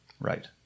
Right